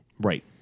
Right